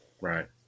Right